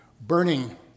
burning